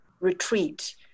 retreat